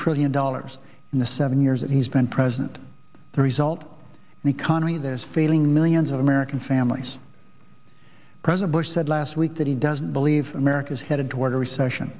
trillion dollars in the seven years that he's been president the result of an economy that is failing millions of american families president bush said last week that he doesn't believe america is headed toward a recession